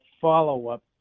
follow-up